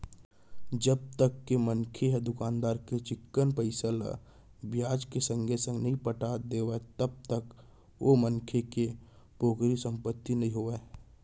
जब तक के मनखे ह दुकानदार के चिक्कन पइसा ल बियाज के संगे संग नइ पटा देवय तब तक ओ मनखे के पोगरी संपत्ति नइ होवय